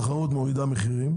שתחרות מורידה מחירים.